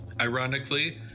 ironically